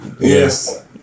Yes